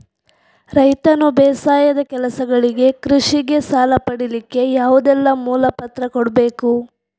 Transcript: ರೈತನು ಬೇಸಾಯದ ಕೆಲಸಗಳಿಗೆ, ಕೃಷಿಗೆ ಸಾಲ ಪಡಿಲಿಕ್ಕೆ ಯಾವುದೆಲ್ಲ ಮೂಲ ಪತ್ರ ಕೊಡ್ಬೇಕು?